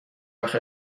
وقت